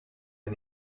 and